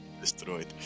destroyed